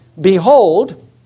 Behold